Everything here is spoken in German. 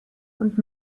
und